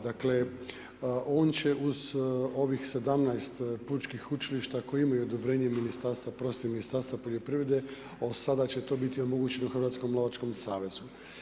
Dakle on će uz ovih 17 pučkih učilišta koje imaju odobrenje ministarstva, Ministarstva poljoprivrede a sada će to biti omogućeno Hrvatskom lovačkom savezu.